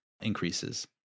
increases